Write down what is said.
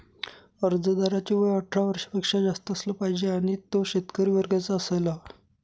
अर्जदाराचे वय अठरा वर्षापेक्षा जास्त असलं पाहिजे आणि तो शेतकरी वर्गाचा असायला हवा